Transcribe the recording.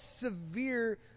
severe